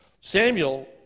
samuel